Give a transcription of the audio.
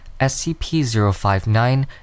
SCP-059